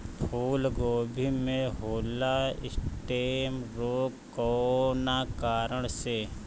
फूलगोभी में होला स्टेम रोग कौना कारण से?